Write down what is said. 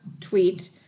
tweet